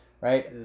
right